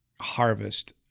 harvest